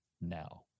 now